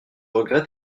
regrette